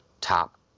top